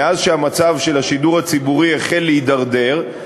מאז שהמצב של השידור הציבורי החל להידרדר,